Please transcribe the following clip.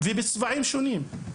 בצבעים שונים.